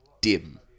dim